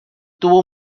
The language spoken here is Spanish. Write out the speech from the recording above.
tuvo